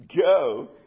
Go